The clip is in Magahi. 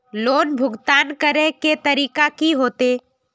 लोन भुगतान करे के तरीका की होते?